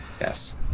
yes